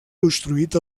construït